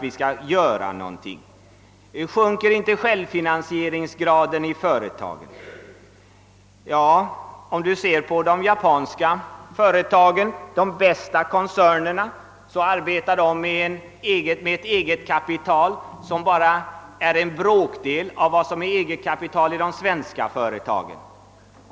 Sjunker inte självfinansieringsgraden i företagen? Ja, om vi ser på de japanska företagen, de bästa koncernerna, kan vi konstatera att dessa arbetar med ett eget kapital som bara är en bråkdel av vad som är eget kapital i de svenska företagen.